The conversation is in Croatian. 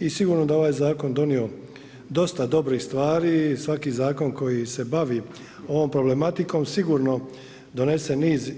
I sigurno da je ovaj zakon donio dosta dobrih stvari i svaki zakon koji se bavi ovom problematikom sigurno donese niz